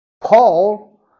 Paul